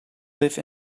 live